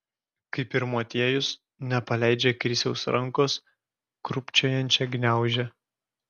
kaip ir motiejus nepaleidžia krisiaus rankos krūpčiojančią gniaužia